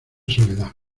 soledad